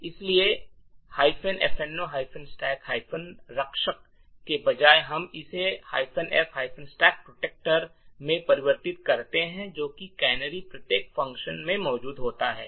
इसलिए fno stack रक्षक के बजाय हम इसे f stack protector में परिवर्तित करते हैं जो कि कैनरी प्रत्येक फ़ंक्शन में मौजूद होता है